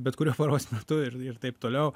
bet kuriuo paros metu ir ir taip toliau